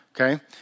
okay